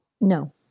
No